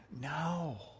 No